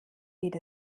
geht